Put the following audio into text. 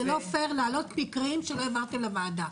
זה לא פייר להעלות מקרים שלא העברתם לוועדה.